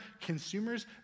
consumers